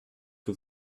que